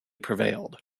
prevailed